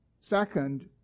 second